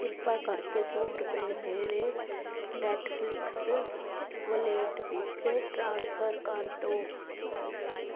ਕਿਰਪਾ ਕਰਕੇ ਸੌ ਰੁਪਏ ਮੇਰੇ ਨੈਟਫ਼ਲਿਕਸ ਵਾਲੇਟ ਵਿੱਚ ਟ੍ਰਾਂਸਫਰ ਕਰ ਦਿਉ